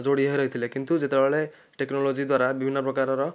ଯୋଡ଼ିହେଇ ରହିଥିଲେ କିନ୍ତୁ ଯେତେବେଳେ ଟେକ୍ନୋଲୋଜି୍ ଦ୍ଵାରା ବିଭିନ୍ନ ପ୍ରକାରର